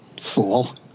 fool